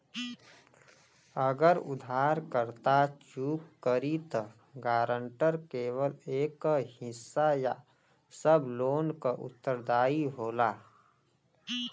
अगर उधारकर्ता चूक करि त गारंटर केवल एक हिस्सा या सब लोन क उत्तरदायी होला